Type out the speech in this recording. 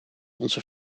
onze